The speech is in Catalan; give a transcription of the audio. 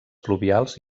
pluvials